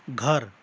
घर